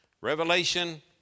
Revelation